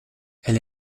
elle